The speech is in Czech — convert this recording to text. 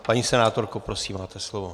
Paní senátorko, prosím, máte slovo.